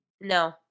No